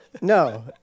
No